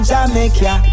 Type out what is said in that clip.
Jamaica